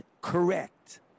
correct